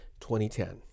2010